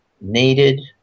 needed